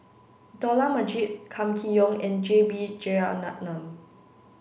Dollah Majid Kam Kee Yong and J B Jeyaretnam